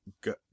Good